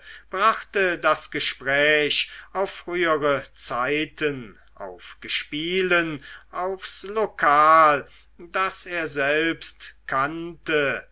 brachte das gespräch auf frühere zeiten auf gespielen aufs lokal das er selbst kannte